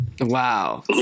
Wow